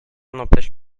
n’empêche